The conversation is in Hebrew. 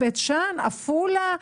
עפולה,